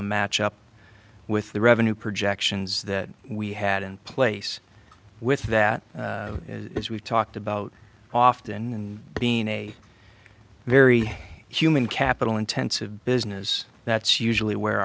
to match up with the revenue projections that we had in place with that as we've talked about often being a very human capital intensive business that's usually where